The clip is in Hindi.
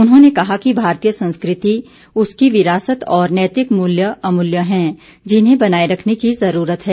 उन्होंने ने कहा कि भारतीय संस्कृति उसकी विरासत और नैतिक मूल्य अमूल्य हैं जिन्हें बनाये रखने की जरूरत है